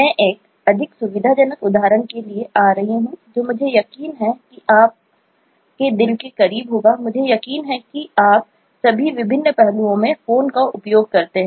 मैं एक अधिक सुविधाजनक उदाहरण के लिए आ रहा हूँ जो मुझे यकीन है कि यह आपके दिल के करीब होगा मुझे यकीन है कि आप सभी विभिन्न पहलुओं में मोबाइल फोन का उपयोग करते हैं